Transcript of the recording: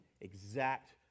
exact